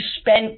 spent